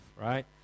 right